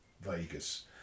Vegas